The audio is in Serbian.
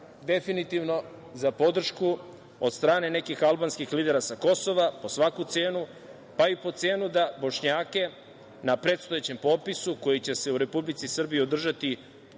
definitivno za podršku od strane nekih albanskih lidera sa Kosova, po svaku cenu, pa i po cenu da Bošnjake na predstojećem popisu koji će se u Republici Srbiji održati